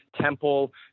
temple